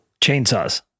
Chainsaws